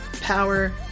power